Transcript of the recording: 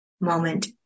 moment